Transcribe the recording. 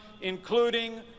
including